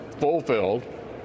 fulfilled